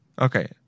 Okay